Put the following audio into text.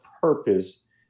purpose